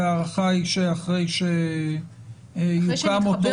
וההערכה היא שאחרי שיוקם אותו צוות --- אחרי שנתחבר